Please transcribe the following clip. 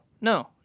no